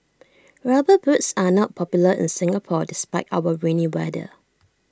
rubber boots are not popular in Singapore despite our rainy weather